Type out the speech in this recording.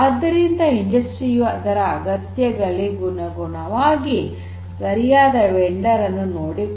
ಆದ್ದರಿಂದಕೈಗಾರಿಕೆಯು ಅದರ ಅಗತ್ಯಗಳಿಗನುಗುಣವಾಗಿ ಸರಿಯಾದ ವೆಂಡರ್ ಅನ್ನು ನೋಡಬೇಕು